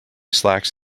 slacks